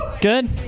Good